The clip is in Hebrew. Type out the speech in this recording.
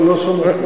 יש הסכם, לא שמעתי,